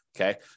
okay